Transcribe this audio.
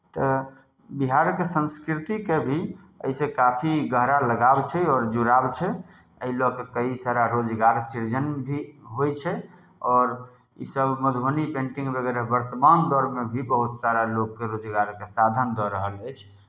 तऽ बिहारके संस्कृतिके भी एहिसँ काफी गहरा लगाव छै आओर जुड़ाव छै एहि लऽ कऽ कई सारा रोजगार सृजन भी होइ छै आओर ईसभ मधुबनी पेन्टिंग वगैरह वर्तमान दौरमे भी बहुत सारा लोककेँ रोजगारके साधन दऽ रहल अछि